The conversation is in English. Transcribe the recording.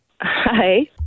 Hi